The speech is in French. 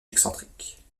excentrique